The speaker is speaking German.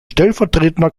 stellvertretender